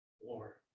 war